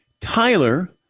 Tyler